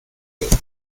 tête